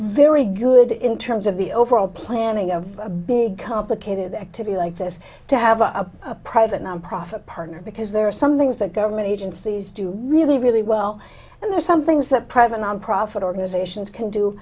very good in terms of the overall planning of a big complicated activity like this to have a private nonprofit partner because there are some things that government agencies do really really well and there's some things that private nonprofit organizations can do